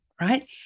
right